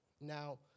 now